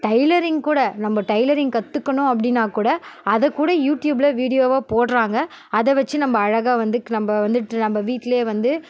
tailoring கூட நம்ம tailoring கற்றுக்கணும் அப்படின்னாக் கூட அதைக் கூட யுடியூபில் வீடியோவாக போடுறாங்க அதை வச்சு நம்ம அழகாக வந்து நம்ம வந்து ட்ர நம்ம வீட்டிலயே வந்து